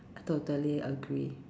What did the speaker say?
I totally agree